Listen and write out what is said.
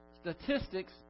Statistics